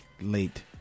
late